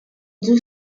deux